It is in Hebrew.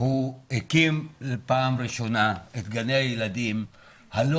הקים פעם ראשונה את גני הילדים הלא